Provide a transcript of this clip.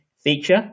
feature